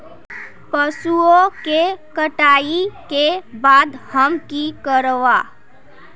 पशुओं के कटाई के बाद हम की करवा?